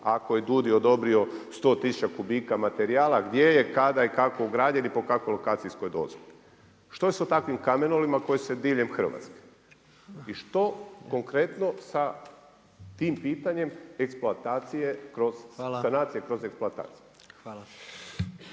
ako je DUUDI odobrio 100 tisuća kubika materijala gdje je, kada i kako građen i po kakvoj lokacijskoj dozvoli. Što je sa takvim kamenolomima koji su diljem Hrvatske i što konkretno sa tim pitanjem sanacije kroz eksploatacije? Hvala.